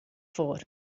foar